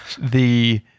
the-